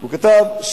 הוא כתב,